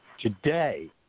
Today